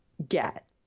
get